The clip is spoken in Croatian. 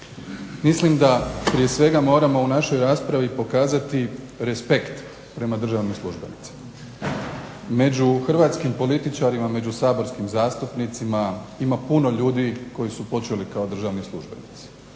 Mislim da prije svega moramo u našoj raspravi pokazati respekt prema državnim službenicima. Među hrvatskim političarima, među saborskim zastupnicima ima puno ljudi koji su počeli kao državni službenici.